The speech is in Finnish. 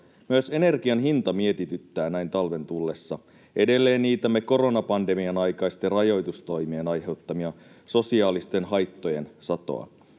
Myös energian hinta mietityttää näin talven tullessa. Edelleen niitämme koronapandemian aikaisten rajoitustoimien aiheuttamien sosiaalisten haittojen satoa.